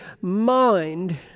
mind